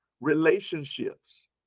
relationships